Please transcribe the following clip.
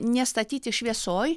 nestatyti šviesoj